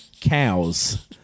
Cows